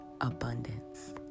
abundance